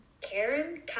Karen